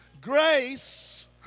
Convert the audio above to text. grace